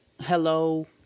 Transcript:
hello